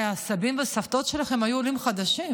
הסבים והסבתות שלכם היו עולים חדשים.